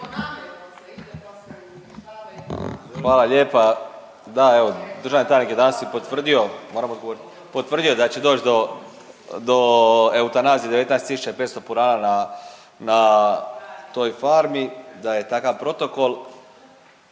danas i potvrdio, moram odgovoriti, potvrdio da će doći do eutanazije 19500 purana na toj farmi, da je takav protokol.